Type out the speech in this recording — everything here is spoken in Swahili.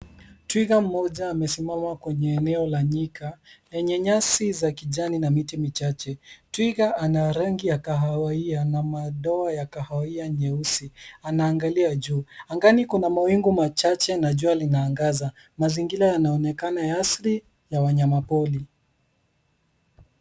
Twiga mmoja amesimama kwenye eneo la nyika yenye nyasi za kijani na miti michache. Twiga ana rangi ya kahawia na madoa ya kahawia nyeusi anaangalia juu. Angani kuna mawingu machache na jua linangaza mazingira yanaonekana ya asili ya wanyama pori.